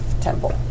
temple